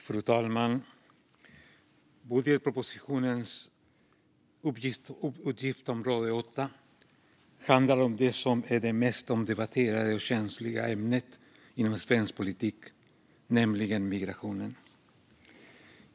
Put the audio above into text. Fru talman! Budgetpropositionens utgiftsområde 8 handlar om det som är det mest omdebatterade och känsliga ämnet inom svensk politik, nämligen migrationen.